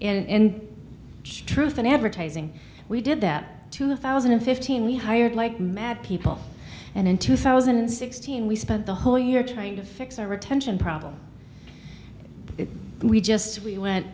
and truth in advertising we did that two thousand and fifteen we hired like mad people and in two thousand and sixteen we spent the whole year trying to fix our retention problem we just said we went